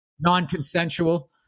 non-consensual